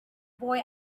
boy